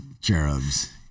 cherubs